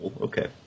Okay